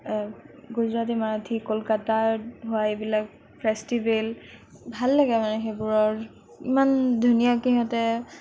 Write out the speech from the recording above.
গুজৰাটী মাৰাঠী কলকাতাৰ হয় এইবিলাক ফেচটিভেল ভাল লাগে মানে সেইবোৰৰ ইমান ধুনীয়াকৈ সিহঁতে